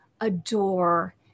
adore